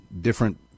different